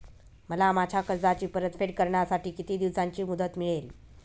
मला माझ्या कर्जाची परतफेड करण्यासाठी किती दिवसांची मुदत मिळेल?